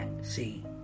see